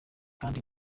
kandi